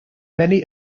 many